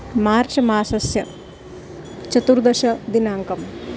मार्च् मासस्य चतुर्दशदिनाङ्कः